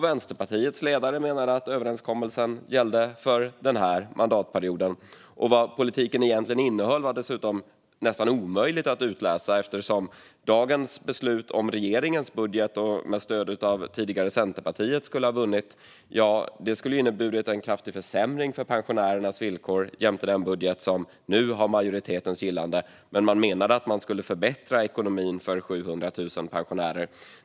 Vänsterpartiets ledare menade att överenskommelsen gällde för den här mandatperioden. Vad politiken egentligen innehöll var dessutom nästan omöjligt att utläsa. Om regeringens budget med stöd av Centerpartiet skulle ha vunnit i dag skulle det ju ha inneburit en kraftig försämring av pensionärernas villkor jämfört med den budget som nu har majoritetens gillande. Men man menade att man skulle förbättra ekonomin för 700 000 pensionärer.